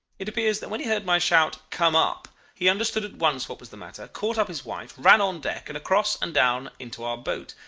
it appears that when he heard my shout come up he understood at once what was the matter, caught up his wife, ran on deck, and across, and down into our boat,